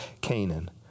Canaan